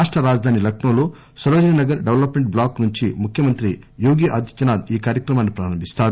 రాష్ట రాజధాని లక్పోలో సరోజిని నగర్ డెవలప్మెంట్ బ్లాక్ నుంచి ముఖ్యమంత్రి యోగి ఆదిత్యనాథ్ ఈ కార్యక్రమాన్ని ప్రారంభిస్తారు